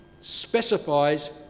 specifies